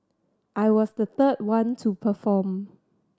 I was the third one to perform